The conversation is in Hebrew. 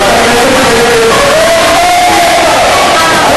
מה זה?